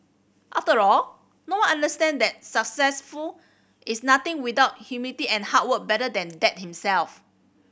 after all no one understand that successful is nothing without humility and hard work better than Dad himself